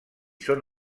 són